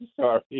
sorry